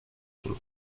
sul